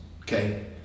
okay